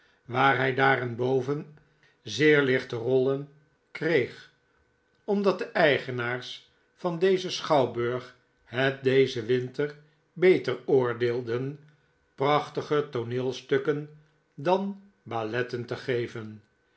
waar hij daarenboven zeer lichte rollen kreeg omdat de eigenaars van dezen schouwburg het dezen winter beter oordeelden prachtiger tooneelstukken danballetten te geven